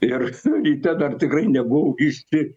ir ryte dar tikrai nebuvau išti